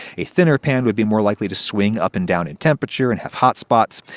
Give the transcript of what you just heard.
a thinner pan would be more likely to swing up and down in temperature and have hot spots.